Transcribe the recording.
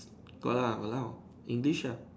got lah !walao! English ya